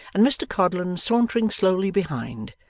and mr codlin sauntering slowly behind,